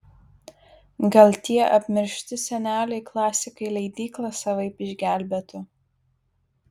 gal tie apmiršti seneliai klasikai leidyklą savaip išgelbėtų